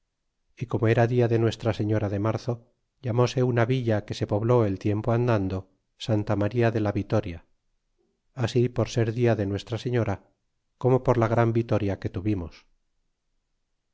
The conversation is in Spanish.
y como era dia de nuestra señora de marzo llambse una villa que se pobló el tiempo andando santa maría de la vitoria así por ser dia de nuestra señora como por la gran vitoria que tuvimos